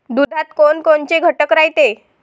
दुधात कोनकोनचे घटक रायते?